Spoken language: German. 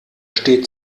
steht